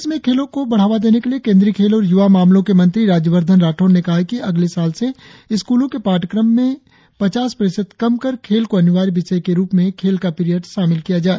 देश में खेलों को बढ़ावा देने के लिए केंद्रीय खेल और युवा मामलों के मंत्री राज्य वर्द्वन राठौड़ ने कहा है कि अगले साल से स्कूलों में पाठ्यक्रमों को पचास प्रतशित कम कर खेल को अनिवार्य रुप से खेल का पीरियड शामिल किया जाए